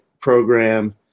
program